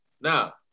Now